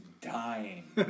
dying